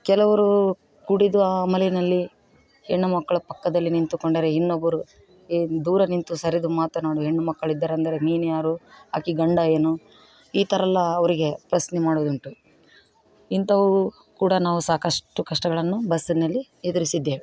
ಕೆಲವರು ಕುಡಿದ ಅಮಲಿನಲ್ಲಿ ಹೆಣ್ಣು ಮಕ್ಕಳ ಪಕ್ಕದಲ್ಲಿ ನಿಂತುಕೊಂಡರೆ ಇನ್ನೊಬ್ಬರು ಏ ದೂರ ನಿಂತು ಸರಿದು ಮಾತನಾಡು ಹೆಣ್ಣು ಮಕ್ಕಳು ಇದ್ದಾರೆ ಎಂದರೆ ನೀನುಯಾರು ಆಕೆ ಗಂಡ ಏನು ಈ ಥರ ಎಲ್ಲ ಅವರಿಗೆ ಪ್ರಶ್ನೆ ಮಾಡುವುದುಂಟು ಇಂಥವು ಕೂಡ ನಾವು ಸಾಕಷ್ಟು ಕಷ್ಟಗಳನ್ನು ಬಸ್ಸಿನಲ್ಲಿ ಎದುರಿಸಿದ್ದೇವೆ